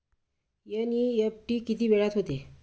NEFT किती वेळात होते?